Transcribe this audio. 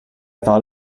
thought